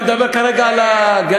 אני מדבר כרגע על הגננת.